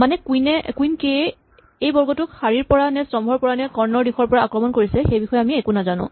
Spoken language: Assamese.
মানে কুইন কে এ সেই বৰ্গটোক শাৰীৰ পৰা নে স্তম্ভৰ পৰা নে কৰ্ণৰ দিশৰ পৰা আক্ৰমণ কৰিছে সেই বিষয়ে আমি একো নাজানো